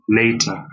later